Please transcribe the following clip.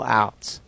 outs